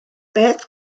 beth